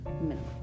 minimal